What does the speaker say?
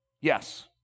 Yes